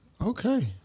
okay